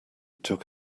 took